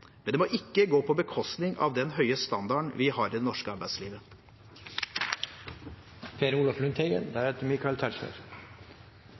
men det må ikke gå på bekostning av den høye standarden vi har i det norske arbeidslivet.